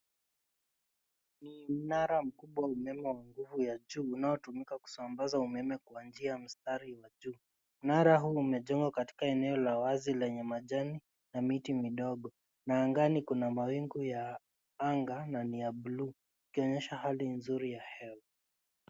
Ni mnara mkubwa wa umeme wa nguvu ya juu unaotumika kusambaza umeme kwa njia ya mstari wa juu. Mnara huu umejengwa katika eneo la wazi lenye majani na miti midogo na angani kuna mawingu ya anga na ni ya buluu ikonyensha hali nzuri ya hewa.